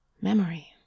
memory